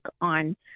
on